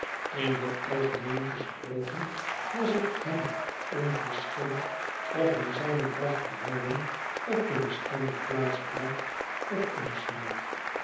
in het algemeen gesproken was het hem onverschillig of hij zijne vracht behouden op de bestemde plaats bracht ofomsmeet het